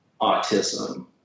autism